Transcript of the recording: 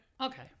Okay